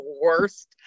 worst